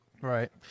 right